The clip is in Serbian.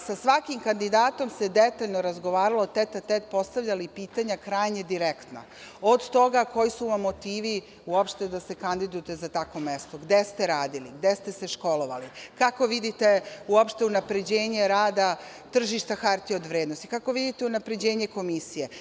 Sa svakim kandidatom se detaljno razgovaralo, tete-a-tete, postavljali pitanja krajnje direktna, od toga koji su vam motivi uopšte da se kandidujete za takvo mesto, gde ste radili, gde ste se školovali, kako vidite uopšte unapređenje rada tržišta hartija od vrednosti, kako vidite unapređenje Komisije.